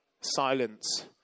silence